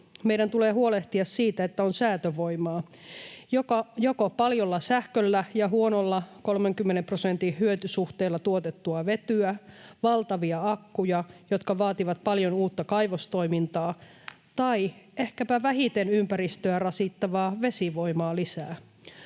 meidän tulee huolehtia siitä, että on säätövoimaa: joko paljolla sähköllä ja huonolla 30 prosentin hyötysuhteella tuotettua vetyä, valtavia akkuja, jotka vaativat paljon uutta kaivostoimintaa, tai ehkäpä vähiten ympäristöä rasittavaa vesivoimaa lisää.